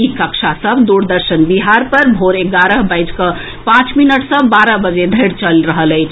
ई कक्षा सभ दूरदर्शन बिहार पर भोर एगारह बाजि कऽ पांच मिनट सँ बारह बजे धरि चलि रहल अछि